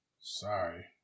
Sorry